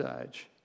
age